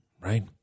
Right